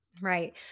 right